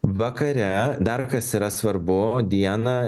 vakare dar kas yra svarbu o dieną